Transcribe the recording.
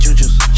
juice